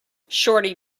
shorty